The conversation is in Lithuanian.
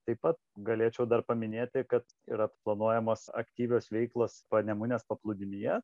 taip pat galėčiau dar paminėti kad yra planuojamos aktyvios veiklos panemunės paplūdimyje